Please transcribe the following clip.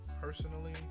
personally